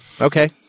okay